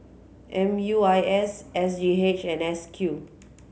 M U I S S G H and S Q